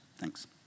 Thanks